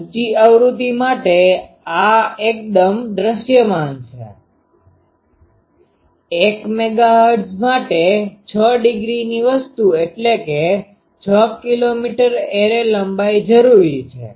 ઉચી આવૃત્તિ માટે આ એકદમ દૃશ્યમાન છે 1MHz માટે 6 ડીગ્રીની વસ્તુ એટલે કે 6km એરે લંબાઈ જરૂરી છે